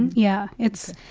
yeah. it's